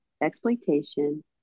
exploitation